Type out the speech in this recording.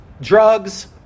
drugs